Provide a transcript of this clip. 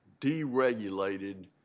deregulated